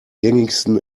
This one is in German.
gängigsten